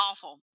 awful